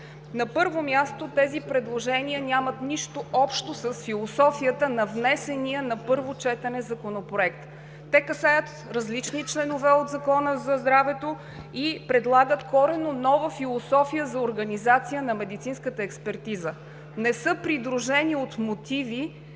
На първо място, тези предложения нямат нищо общо с философията на внесения на първо четене Законопроект. Те касаят различни членове от Закона за здравето и предлагат коренно нова философия за организация на медицинската експертиза. Не са придружени от мотиви,